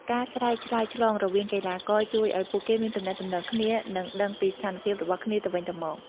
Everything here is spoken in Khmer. ការស្រែកឆ្លើយឆ្លងរវាងកីឡាករជួយឲ្យពួកគេមានទំនាក់ទំនងគ្នា និងដឹងពីស្ថានភាពរបស់គ្នាទៅវិញទៅមក។